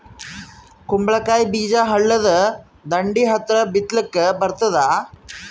ಕುಂಬಳಕಾಯಿ ಬೀಜ ಹಳ್ಳದ ದಂಡಿ ಹತ್ರಾ ಬಿತ್ಲಿಕ ಬರತಾದ?